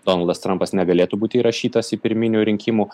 donaldas trampas negalėtų būti įrašytas į pirminių rinkimų